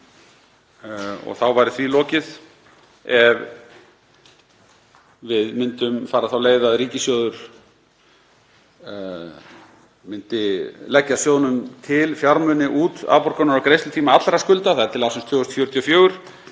og þá væri því lokið. Ef við myndum fara þá leið að ríkissjóður myndi leggja sjóðnum til fjármuni út afborgunar- og greiðslutíma allra skulda, það er til ársins 2044,